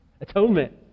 atonement